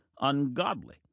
ungodly